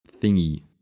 thingy